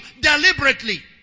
deliberately